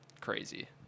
Crazy